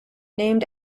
named